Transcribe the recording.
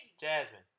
Jasmine